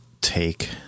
take